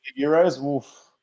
Euros